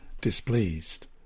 displeased